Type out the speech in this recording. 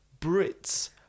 Brits